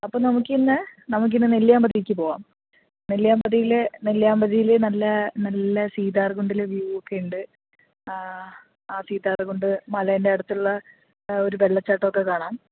അപ്പോൾ നമുക്കിന്ന് നമുക്കിന്ന് നെല്ലിയാമ്പതിക്ക് പോകാം നെല്ലിയാമ്പതിയിലെ നെല്ലിയാമ്പതിയിലെ നല്ല നല്ല സീതാർഗുണ്ടിലെ വ്യൂ ഒക്കെ ഉണ്ട് ആ സീതാർഗുണ്ട് മലേൻ്റെ അടുത്തുള്ള ഒരു വെള്ളചാട്ടം ഒക്കെ കാണാം